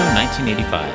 1985